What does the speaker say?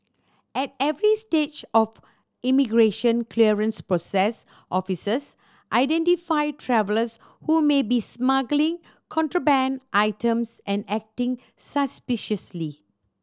at every stage of immigration clearance process officers identify travellers who may be smuggling contraband items and acting suspiciously